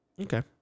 Okay